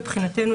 מבחינתנו,